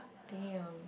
damn